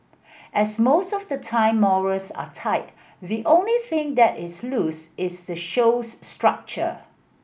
as most of the time morals are tight the only thing that is loose is the show's structure